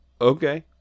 Okay